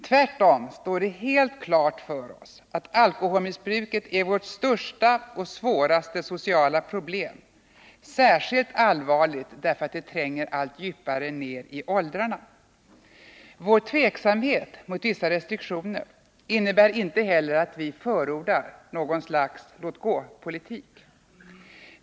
Tvärtom står det helt klart för oss att alkoholmissbruket är vårt största och svåraste sociala problem, särskilt allvarligt därför att det tränger allt djupare ned i åldrarna. Vår tveksamhet mot vissa restriktioner innebär inte heller att vi förordar något slags låt-gå-politik.